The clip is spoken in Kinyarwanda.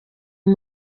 uyu